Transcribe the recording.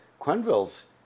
Quenville's